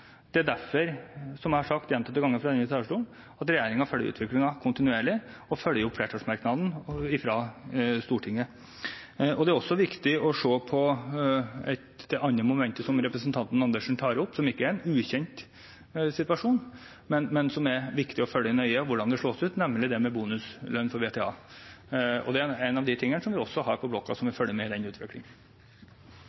Det er derfor, som jeg har sagt gjentatte ganger fra denne talerstolen, regjeringen følger utviklingen kontinuerlig og følger opp flertallsmerknaden fra Stortinget. Det er også viktig å se på det andre momentet som representanten Andersen tar opp, som ikke er en ukjent situasjon, men som det er viktig å følge nøye med på med hensyn til hvordan det slår ut, nemlig det med bonuslønn for VTA. Det er en av de tingene som vi også har på blokka, og vi følger også med på den utviklingen.